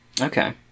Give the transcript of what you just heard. okay